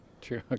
true